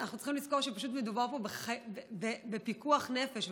אנחנו צריכים לזכור שפשוט מדובר פה בפיקוח נפש,